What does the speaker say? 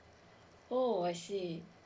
oh I see